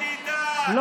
אל תדאג.